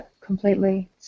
completely